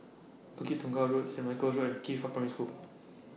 Bukit Tunggal Road Saint Michael's Road Qifa Primary School